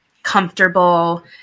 Comfortable